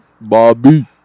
Bobby